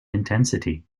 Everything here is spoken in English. intensity